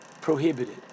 prohibited